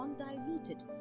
undiluted